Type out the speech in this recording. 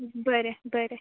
बरें बरें